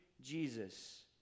Jesus